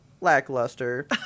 lackluster